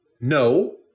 No